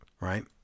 right